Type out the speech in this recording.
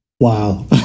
wow